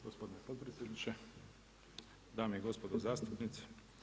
Gospodine potpredsjedniče, dame i gospodo zastupnici.